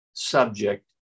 subject